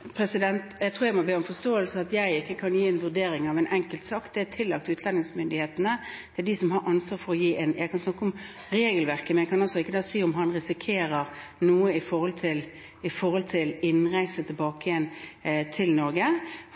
Jeg tror jeg må be om forståelse for at jeg ikke kan gi en vurdering av en enkeltsak. Det er tillagt utlendingsmyndighetene. Det er de som har ansvaret. Jeg kan snakke om regelverket, men jeg kan ikke si om han risikerer noe ved innreise tilbake igjen til Norge.